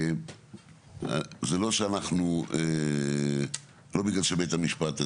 זה לא שאנחנו לא בגלל שבית המשפט,